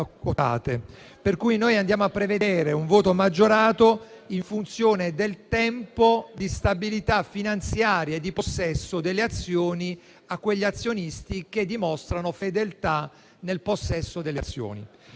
andiamo quindi a prevedere un voto maggiorato, in funzione del tempo di stabilità finanziaria e di possesso delle azioni, a quegli azionisti che dimostrano fedeltà nel possesso delle azioni.